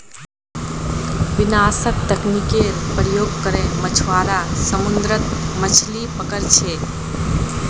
विनाशक तकनीकेर प्रयोग करे मछुआरा समुद्रत मछलि पकड़ छे